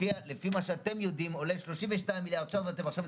לפי מה שאתם יודעים עולה 32 מיליארד שקלים חדשים ועכשיו אתם